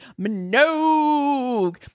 Minogue